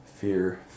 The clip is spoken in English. fear